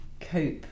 cope